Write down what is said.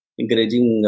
encouraging